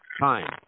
time